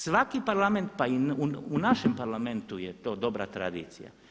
Svaki Parlament pa i u našem Parlamentu je to dobra tradicija.